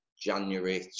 January